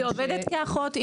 היא עובדת כאחות.